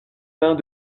mains